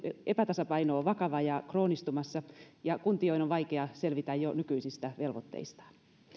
epätasapaino on vakava ja kroonistumassa ja kuntien on on vaikea selvitä jo nykyisistä velvoitteistaan